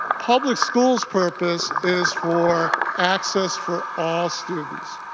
public schools purpose is for access for all students.